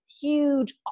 huge